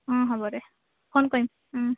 অঁ হ'ব দে ফোন কৰিম